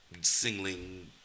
singling